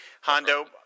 Hondo